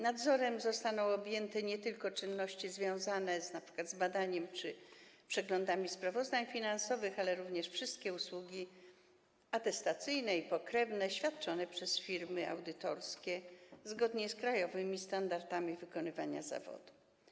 Nadzorem zostaną objęte nie tylko czynności związane np. z badaniem czy przeglądami sprawozdań finansowych, ale również wszystkie usługi atestacyjne i pokrewne świadczone przez firmy audytorskie, zgodnie z krajowymi standardami wykonywania zawodu.